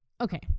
okay